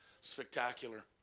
spectacular